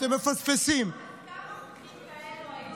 אתם מפספסים בועז, כמה חוקים כאלה היו